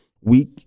week